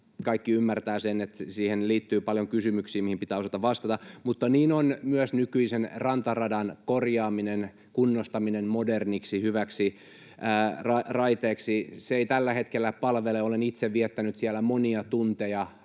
kaikki ymmärtävät sen, että siihen liittyy paljon kysymyksiä, mihin pitää osata vastata, mutta niin on myös nykyisen rantaradan korjaaminen, kunnostaminen moderniksi, hyväksi raiteeksi. Se ei tällä hetkellä palvele, olen itse viettänyt siellä monia tunteja